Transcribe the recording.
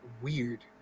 weird